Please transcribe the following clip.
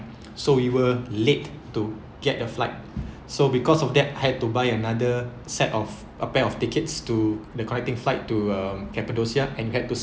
so we were late to get a flight so because of that had to buy another set of a pair of tickets to the connecting flight to um cappadocia and had to